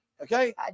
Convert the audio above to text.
okay